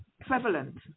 prevalent